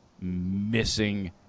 missing